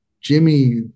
Jimmy